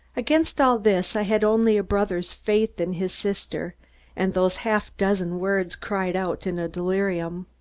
against all this, i had only a brother's faith in his sister and those half dozen words cried out in a delirium.